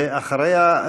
ואחריה,